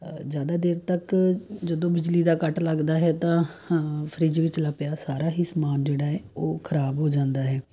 ਜ਼ਿਆਦਾ ਦੇਰ ਤੱਕ ਜਦੋਂ ਬਿਜਲੀ ਦਾ ਕੱਟ ਲੱਗਦਾ ਹੈ ਤਾਂ ਹਾਂ ਫ੍ਰਿਜ ਵਿਚਲਾ ਪਿਆ ਸਾਰਾ ਹੀ ਸਮਾਨ ਜਿਹੜਾ ਹੈ ਉਹ ਖ਼ਰਾਬ ਹੋ ਜਾਂਦਾ ਹੈ